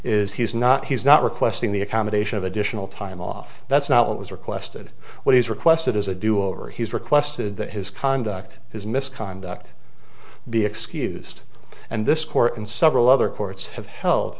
is he's not he's not requesting the accommodation of additional time off that's not what was requested what he's requested is a do over he's requested that his conduct his misconduct be excused and this court and several other courts have held